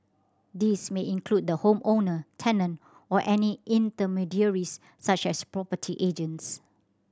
this may include the home owner tenant or any intermediaries such as property agents